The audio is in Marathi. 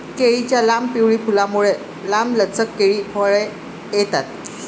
केळीच्या लांब, पिवळी फुलांमुळे, लांबलचक केळी फळे येतात